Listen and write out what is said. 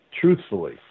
truthfully